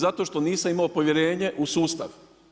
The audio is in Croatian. Zato što nisam imao povjerenje u sustav.